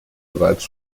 bereits